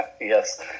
Yes